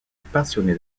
passionné